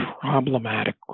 problematic